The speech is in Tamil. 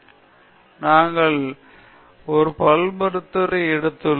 சங்கரன் நாங்கள் ஒரு பல்மருத்துவரை எடுத்துள்ளோம்